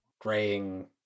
Graying